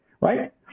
right